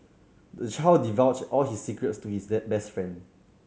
the child divulged all his secrets to his that best friend